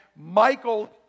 Michael